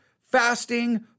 fasting